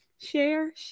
Share